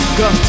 go